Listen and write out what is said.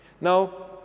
Now